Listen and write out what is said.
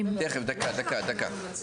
כי יש בעיה של יכולת.